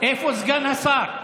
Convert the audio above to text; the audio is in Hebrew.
איפה סגן השר?